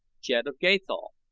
jed of gathol,